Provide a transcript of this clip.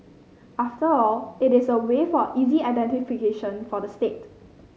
after all it is a way for easy identification for the state